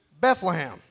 Bethlehem